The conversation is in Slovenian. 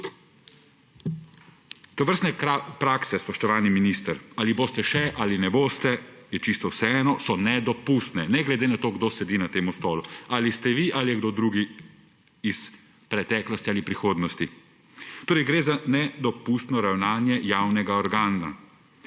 Tovrstne prakse, spoštovani minister, ali boste še ali ne boste, je čisto vseeno, so nedopustne, ne glede na to, kdo sedi na tem stolu, ali ste vi ali je kdo drug iz preteklosti ali prihodnosti. Gre za nedopustno ravnanje javnega organa.